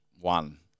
One